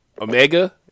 Omega